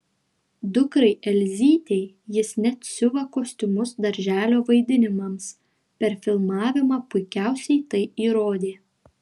dukrai elzytei jis net siuva kostiumus darželio vaidinimams per filmavimą puikiausiai tai įrodė